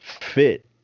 Fit